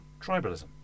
tribalism